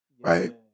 Right